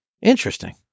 interesting